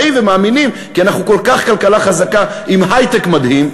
באים ומאמינים כי אנחנו כל כך כלכלה חזקה עם היי-טק מדהים,